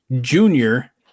junior